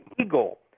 eagle